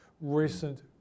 recent